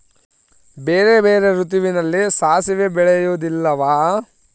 ಬೇರೆ ಬೇರೆ ಋತುವಿನಲ್ಲಿ ಸಾಸಿವೆ ಬೆಳೆಯುವುದಿಲ್ಲವಾ?